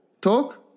talk